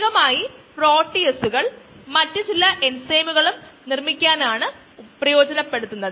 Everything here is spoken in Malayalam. അതു 1 by mu ln of x by x naught ഇത് നമ്മുടെ മുമ്പത്തെ കാര്യങ്ങളിൽ നിന്ന് ലഭിക്കുന്നു